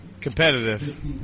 Competitive